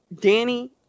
Danny